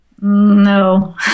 No